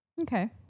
Okay